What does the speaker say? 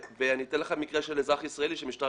אני אתן לך מקרה של אזרח ישראלי שלמשטרה